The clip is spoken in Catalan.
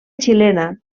xilena